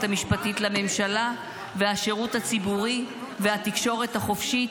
המשפטית לממשלה והשירות הציבורי והתקשורת החופשית,